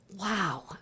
Wow